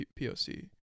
POC